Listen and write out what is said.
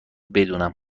بدونم